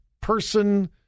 person